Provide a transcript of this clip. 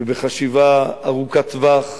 ובחשיבה ארוכת-טווח,